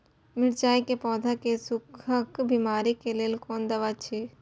मिरचाई के पौधा के सुखक बिमारी के लेल कोन दवा अछि?